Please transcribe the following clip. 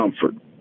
comfort